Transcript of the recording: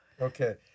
Okay